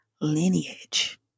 lineage